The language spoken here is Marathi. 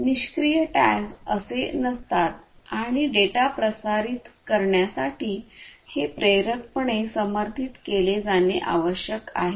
निष्क्रीय टॅग्ज असे नसतात आणि डेटा प्रसारित करण्यासाठी हे प्रेरक पणे समर्थित केले जाणे आवश्यक आहे